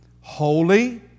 holy